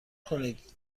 کنید